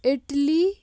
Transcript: Italy